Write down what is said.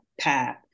path